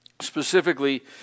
specifically